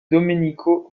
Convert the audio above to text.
domenico